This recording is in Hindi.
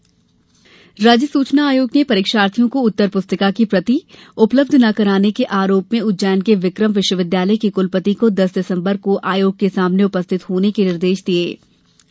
आयोग फटकार राज्य सूचना आयोग ने परीक्षार्थियों को उत्तर पुस्तिका की प्रति उपलब्ध न कराने के आरोप में उज्जैन के विक्रम विश्व विद्यालय के कुलपति को दस दिसम्बर को आयोग के सामने उपस्थित होने के निर्देश दिये गये